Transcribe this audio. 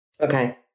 Okay